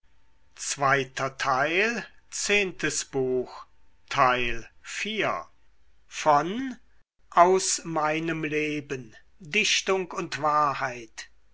aus meinem leben dichtung und wahrheit